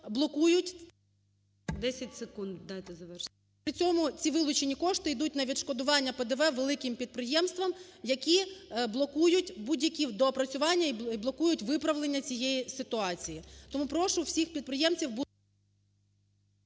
10 секунд, дайте завершити. ОСТРІКОВА Т.Г. При цьому ці вилучені кошти йдуть на відшкодування ПДВ великим підприємствам, які блокують будь-які доопрацювання і блокують виправлення цієї ситуації. Тому прошу всіх підприємців